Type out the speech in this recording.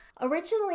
Originally